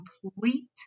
complete